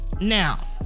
Now